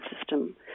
system